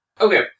Okay